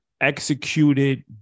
executed